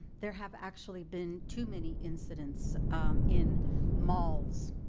there have actually been too many incidents in malls,